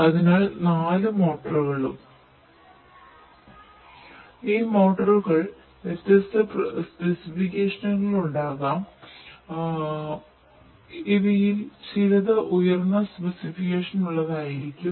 അതിനാൽ 4 മോട്ടോറുകളും